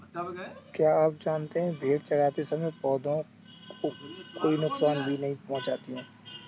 क्या आप जानते है भेड़ चरते समय पौधों को कोई नुकसान भी नहीं पहुँचाती